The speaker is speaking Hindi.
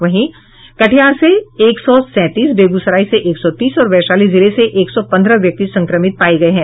वहीं कटिहार से एक सौ सैंतीस बेगूसराय से एक सौ तीस और वैशाली जिले से एक सौ पन्द्रह व्यक्ति संक्रमित पाए गए हैं